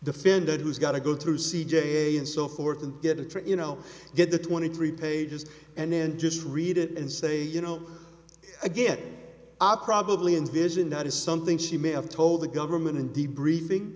defendant who's got to go to c j and so forth and get a treat you know get the twenty three pages and then just read it and say you know again i probably envision that is something she may have told the government in deep breathing